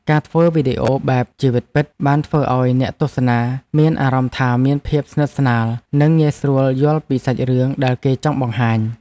ការធ្វើវីដេអូបែបជីវិតពិតបានធ្វើឱ្យអ្នកទស្សនាមានអារម្មណ៍ថាមានភាពស្និទ្ធស្នាល និងងាយស្រួលយល់ពីសាច់រឿងដែលគេចង់បង្ហាញ។